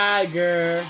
Tiger